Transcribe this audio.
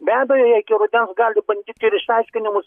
be abejo jie iki rudens gali bandyt ir išaiškinimus